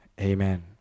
Amen